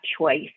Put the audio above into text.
choice